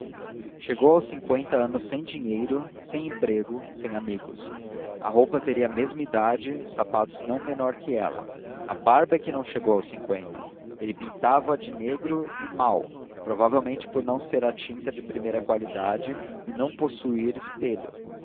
chegou aos cinquenta anos sem dinheiro sem emprego sem amigos a roupa teria a mesma idade os sapatos não menor que ela a barba é que não chegou aos cinquenta ele pintava a de negro e mal provavelmente por não ser a tinta de primeira qualidade e não possuir espelho